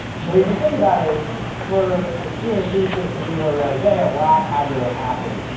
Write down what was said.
but if you think about it, for a senior thesis to be where we are today, a lot had to have happened.